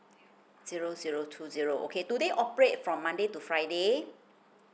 zero zero two zero okay today operate from monday to friday